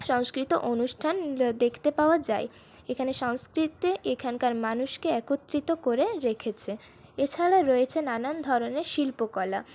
সংস্কৃত অনুষ্ঠান দেখতে পাওয়া যায় এখানের সংস্কৃতি এখানকার মানুষকে একত্রিত করে রেখেছে এছাড়া রয়েছে নানান ধরনের শিল্পকলা